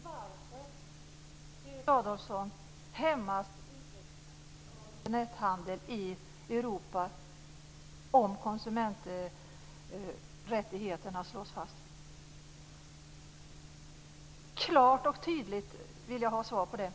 Fru talman! Varför, Berit Adolfsson, hämmas utvecklingen av Internethandeln i Europa om konsumenträttigheterna slås fast? Jag vill ha ett klart och tydligt svar på frågan.